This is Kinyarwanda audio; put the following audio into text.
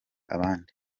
abandi